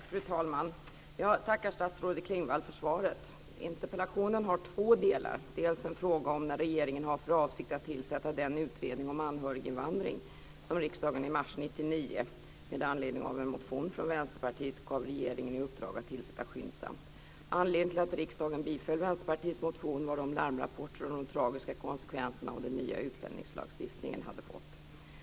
Fru talman! Jag tackar statsrådet Klingvall för svaret. Interpellationen har två delar. Den ena gäller en fråga om när regeringen har för avsikt att tillsätta den utredning om anhöriginvandring som riksdagen i mars 1999 med anledning av en motion från Vänsterpartiet gav regeringen i uppdrag att skyndsamt tillsätta. Anledningen till att riksdagen biföll Vänsterpartiets motion var larmrapporter om de tragiska konsekvenser som den nya utlänningslagstiftningen hade fått.